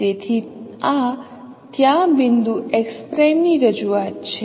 તેથી આ ત્યાં બિંદુ x' ની રજૂઆત છે